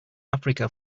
africa